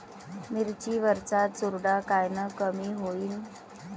मिरची वरचा चुरडा कायनं कमी होईन?